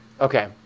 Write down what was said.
okay